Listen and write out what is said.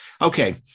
okay